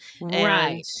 Right